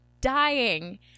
dying